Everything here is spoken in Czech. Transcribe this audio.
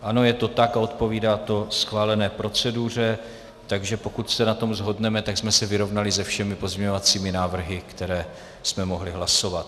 Ano, je to tak, odpovídá to schválené proceduře, takže pokud se na tom shodneme, tak jsme se vyrovnali se všemi pozměňovacími návrhy, které jsme mohli hlasovat.